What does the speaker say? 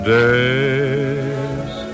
days